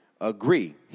agree